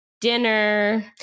dinner